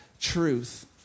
truth